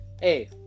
hey